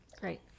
Great